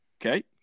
Okay